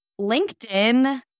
LinkedIn